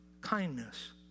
kindness